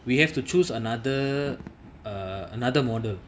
we have to choose another err another model